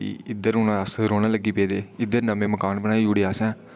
इद्धर हून अस रौह्न लग्गी पेदे ते नमें मकान बनाई ओड़े असें